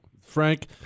Frank